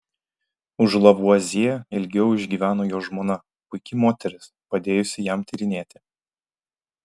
už lavuazjė ilgiau išgyveno jo žmona puiki moteris padėjusi jam tyrinėti